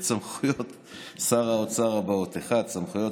את סמכויות שר האוצר הבאות: 1. סמכויות